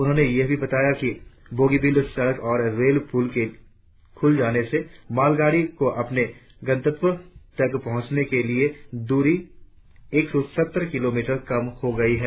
उन्होंने यह भी बताया कि बोगीबिल सड़क और रेल पुल के खुल जाने से मालगाड़ियों को अपने गंतव्य तक पहुंचने के लिये दूरी एक सौ सत्तर किलोमीटर कल हो गयी है